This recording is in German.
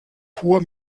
hoher